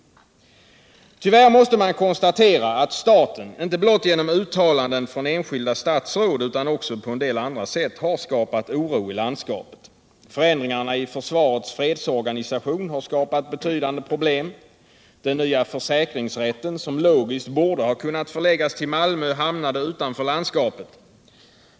Tyvärr måste man konstatera att staten inte blott genom uttalanden från enskilda statsråd utan också på en del andra sätt har skapat oro i landskapet. Förändringarna i försvarets fredsorganisation har skapat betydande problem. Den nya försäkringsrätten, som logiskt borde ha kunnat förläggas till Malmö, hamnade utanför landskapet.